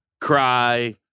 cry